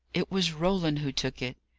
it was roland who took it!